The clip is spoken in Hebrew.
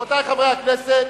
רבותי חברי הכנסת,